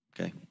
Okay